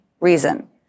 reason